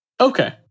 Okay